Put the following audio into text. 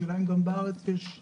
השאלה אם גם בארץ יעשו כך.